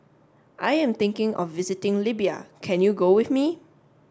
I am thinking of visiting Libya can you go with me